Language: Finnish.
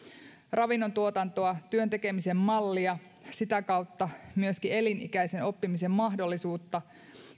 ravinnontuotantoa työn tekemisen mallia sitä kautta myöskin elinikäisen oppimisen mahdollisuutta